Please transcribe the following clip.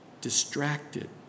distracted